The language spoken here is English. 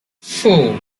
four